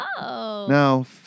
No